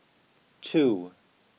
two